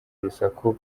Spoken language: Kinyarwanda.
urusaku